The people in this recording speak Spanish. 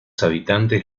habitantes